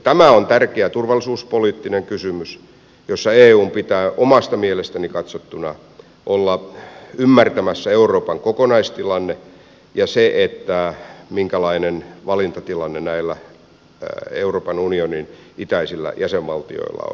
tämä on tärkeä turvallisuuspoliittinen kysymys jossa eun pitää omasta mielestäni katsottuna olla ymmärtämässä euroopan kokonaistilanne ja se minkälainen valintatilanne näillä euroopan unionin itäisillä jäsenvaltioilla on